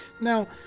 now